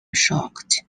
shocked